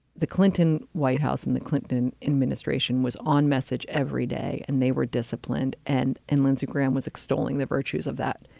the clinton white house and the clinton administration was on message every day and they were disciplined and and lindsey graham was extolling the virtues of that.